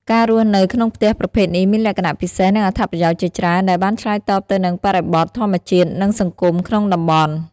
ការរស់នៅក្នុងផ្ទះប្រភេទនេះមានលក្ខណៈពិសេស និងអត្ថប្រយោជន៍ជាច្រើនដែលបានឆ្លើយតបទៅនឹងបរិបទធម្មជាតិ និងសង្គមក្នុងតំបន់ ។